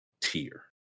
tier